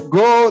go